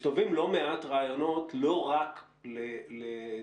מסתובבים לא מעט רעיונות לא רק לתחבורה